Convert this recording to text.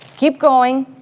keep going,